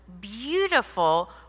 beautiful